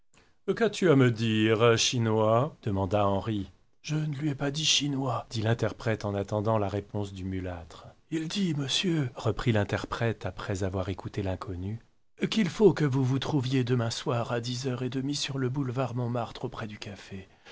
qu'as-tu à me dire chinois demanda henri je ne lui ai pas dit chinois dit l'interprète en attendant la réponse du mulâtre il dit monsieur reprit l'interprète après avoir écouté l'inconnu qu'il faut que vous vous trouviez demain soir à dix heures et demie sur le boulevard montmartre auprès du café